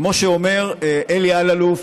כמו שאומר אלי אלאלוף,